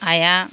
आइआ